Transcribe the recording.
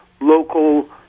local